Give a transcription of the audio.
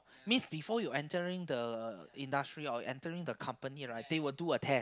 means before you entering the industry or entering the company right they will do a test